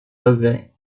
levait